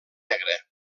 negre